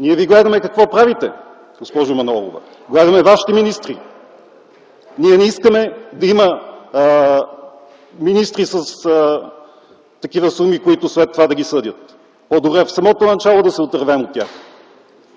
Ние ви гледаме какво правите, госпожо Манолова, гледаме вашите министри! Ние не искаме да има министри с такива суми, които след това да ги съдят. По-добре в самото начало да се отървем от тях.